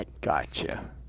Gotcha